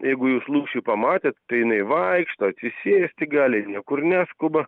jeigu jūs lūšį pamatėt tai jinai vaikšto atsisėsti gali niekur neskuba